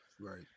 Right